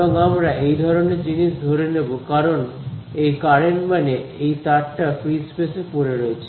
এবং আমরা এই ধরনের জিনিস ধরে নেব কারণ এই কারেন্ট মানে এই তার টা ফ্রী স্পেসে পড়ে রয়েছে